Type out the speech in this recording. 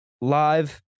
live